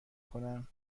کنم